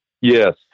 Yes